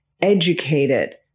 educated